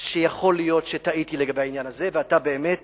שיכול להיות שטעיתי לגבי העניין הזה ואתה באמת